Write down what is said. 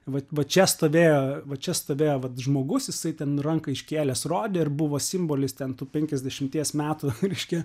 va va čia stovėjo va čia stovėjo vat žmogus jisai ten ranką iškėlęs rodė ir buvo simbolis ten tų penkiasdešimties metų reiškia